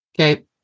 Okay